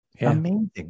Amazing